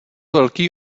velký